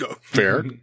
Fair